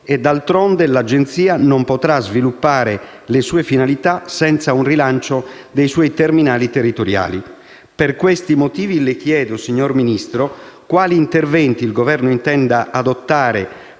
D'altronde, l'Agenzia non potrà sviluppare le sue finalità senza un rilancio dei suoi terminali territoriali. Per questi motivi, le chiedo, signor Ministro, quali interventi il Governo intenda adottare